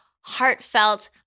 heartfelt